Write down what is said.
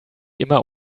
immer